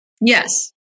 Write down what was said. Yes